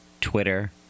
Twitter